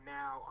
now